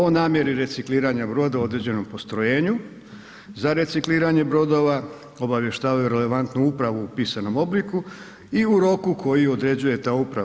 O namjeri recikliranja broda u određenom postrojenju za recikliranje brodova obavještavaju relevantnu upravu u pisanom obliku i u roku koji određuje ta uprava.